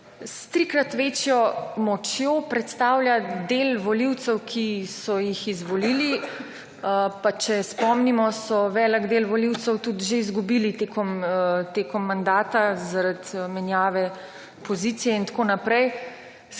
s trikrat večjo močjo predstavlja del volivcev, ki so jih izvolili. Pa če spomnimo, so velik del volivcev tudi že izgubili tekom mandata zaradi menjave pozicije in tako naprej.